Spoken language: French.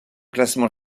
classement